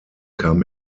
kam